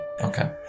Okay